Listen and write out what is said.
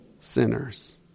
sinners